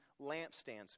lampstands